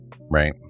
right